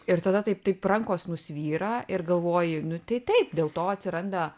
ir tada taip taip rankos nusvyra ir galvoji nu tai taip dėl to atsiranda